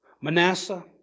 Manasseh